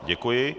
Děkuji.